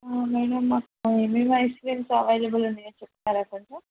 నేను మా ఏమేమి ఐస్ క్రీమ్స్ అవేలబుల్ ఉన్నాయో చెప్తారా కొంచెం